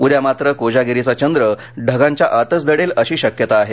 उद्या मात्र कोजागिरीचा चंद्र ढगांच्या आतच दडेल अशी शक्यता आहे